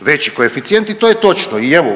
veći koeficijent i to je točno. I evo